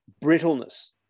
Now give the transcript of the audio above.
brittleness